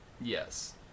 Yes